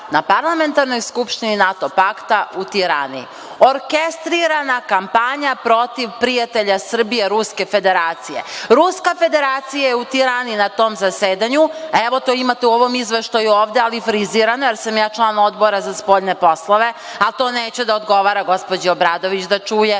na Parlamentarnoj skupštini NATO pakta u Tirani. Orkestrirana kampanja protiv prijatelja Srbije, Ruske Federacije. Ruska Federacija je u Tirani, na tom zasedanju, evo to imate u ovom izveštaju ovde, ali frizirano, jer sam ja član Odbora za spoljne poslove, a to neće da odgovara gospođi Obradović da čuje,